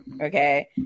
okay